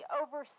over